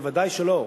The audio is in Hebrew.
בוודאי שלא,